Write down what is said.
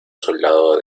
soldado